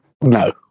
No